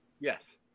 Yes